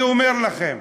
אני אומר לכם,